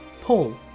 Paul